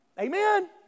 Amen